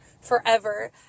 forever